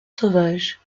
sauvage